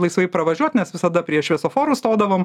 laisvai pravažiuot nes visada prie šviesoforų stodavom